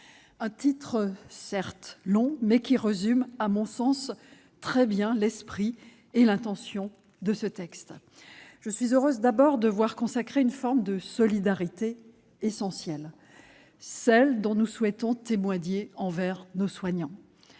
est long, certes, mais il résume à mon sens très bien l'esprit et l'intention de ce texte. Je suis heureuse, d'abord, de voir consacrer une forme de solidarité essentielle, celle dont nous souhaitons témoigner envers nos soignants.